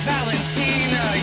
Valentina